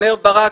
אבנר ברק,